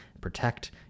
protect